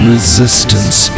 Resistance